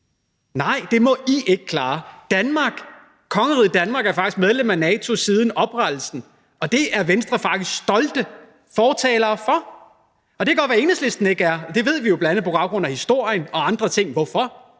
Nej, det må I ikke klare. Kongeriget Danmark har faktisk været medlem af NATO siden dets oprettelse. Det er Venstre faktisk stolte fortalere for. Det kan godt være, at Enhedslisten ikke er det. Vi ved jo bl.a. på baggrund af historien og andre ting, hvorfor